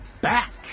back